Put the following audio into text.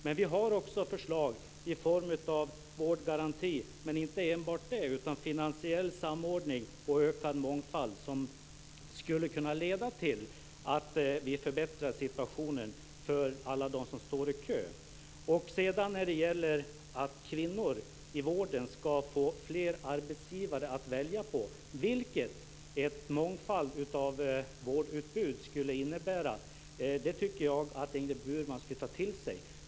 Men vi har också förslag i form av vårdgaranti, men inte enbart det, utan finansiell samordning och ökad mångfald som skulle kunna leda till att vi förbättrar situationen för alla dem som står i kö. När det sedan gäller att kvinnor i vården ska få fler arbetsgivare att välja på, vilket en mångfald av vårdutbud skulle innebära, tycker jag att Ingrid Burman skulle ta till sig detta.